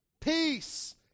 Peace